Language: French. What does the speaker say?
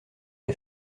les